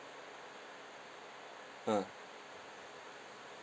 ah